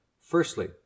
Firstly